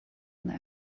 done